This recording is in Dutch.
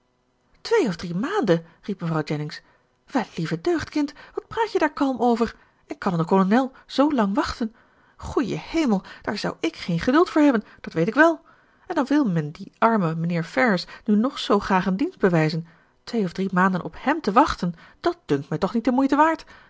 twee of drie maanden riep mevrouw jennings wel lieve deugd kind wat praat je daar kalm over en kan de kolonel zoo lang wachten goeie hemel daar zou ik geen geduld voor hebben dat weet ik wèl en al wil men dien armen mijnheer ferrars nu nog zoo graag een dienst bewijzen twee of drie maanden op hèm te wachten dàt dunkt mij toch niet de moeite waard